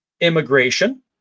immigration